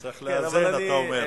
אתה תמצא את עצמך במחנה,